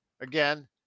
again